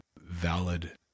valid